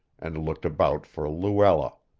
and looked about for luella.